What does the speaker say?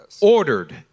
ordered